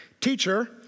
Teacher